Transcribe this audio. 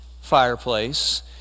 fireplace